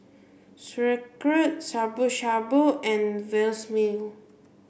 Sauerkraut Shabu Shabu and